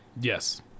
Yes